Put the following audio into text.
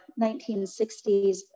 1960s